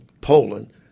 poland